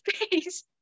space